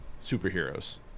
superheroes